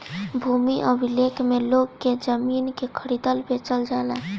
भूमि अभिलेख में लोग के जमीन के खरीदल बेचल जाला